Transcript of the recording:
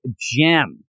gem